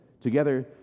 Together